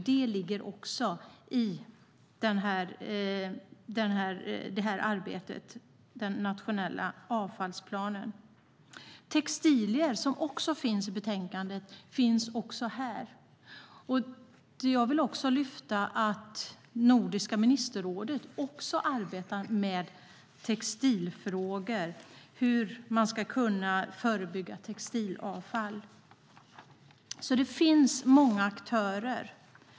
Det ligger också i den nationella avfallsplanen. Textilier, som finns i betänkandet, finns också här. Jag vill också lyfta upp att även Nordiska ministerrådet arbetar med textilfrågor, till exempel hur man ska kunna förebygga textilavfall. Det finns alltså många aktörer.